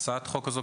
הצעת החוק הזאת,